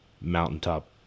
mountaintop